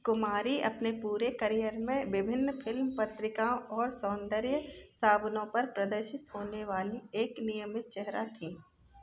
कुमारी अपने पूरे करियर में विभिन्न फ़िल्म पत्रिकाओं और सौंदर्य साबुनों पर प्रदर्शित होने वाली एक नियमित चेहरा थीं